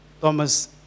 Thomas